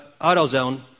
AutoZone